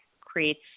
creates